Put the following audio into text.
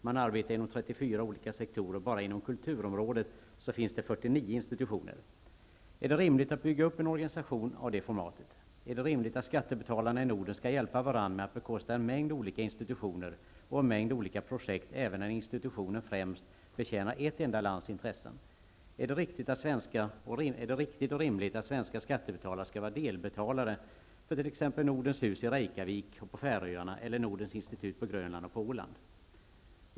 Man arbetar inom 34 olika sektorer och bara inom kulturområdet finns det 49 institutioner. Är det rimligt att bygga upp en organisation av detta format? Är det rimligt att skattebetalarna i Norden skall hjälpa varandra med att bekosta en mängd olika institutioner och en mängd olika projekt även när institutionen främst betjänar ett enda lands intressen? Är det riktigt och rimligt att svenska skattebetalare skall vara delbetalare för t.ex. Nordens hus i Reykjavik och på Färöarna eller Nordens institut på Grönland och på Åland?